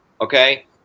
Okay